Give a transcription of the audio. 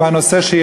המחוזי,